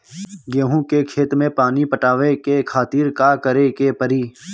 गेहूँ के खेत मे पानी पटावे के खातीर का करे के परी?